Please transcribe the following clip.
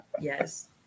Yes